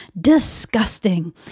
disgusting